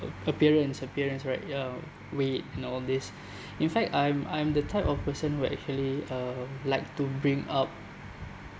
ap~ appearance appearance right ya weight and all these in fact I'm I'm the type of person where actually uh like to bring up